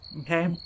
Okay